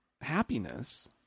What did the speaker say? happiness